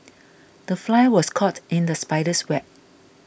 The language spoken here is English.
the fly was caught in the spider's web